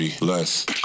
less